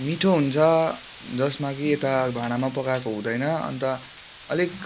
मिठो हुन्छ जसमा कि यता भाडामा पकाएको हुँदैन अन्त अलिक